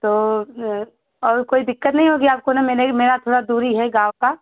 तो और कोई दिक्कत नहीं होगी आपको न मेरे मेरा थोड़ा दूरी है गाँव का